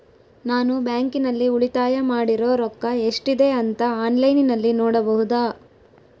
ನಾನು ಬ್ಯಾಂಕಿನಲ್ಲಿ ಉಳಿತಾಯ ಮಾಡಿರೋ ರೊಕ್ಕ ಎಷ್ಟಿದೆ ಅಂತಾ ಆನ್ಲೈನಿನಲ್ಲಿ ನೋಡಬಹುದಾ?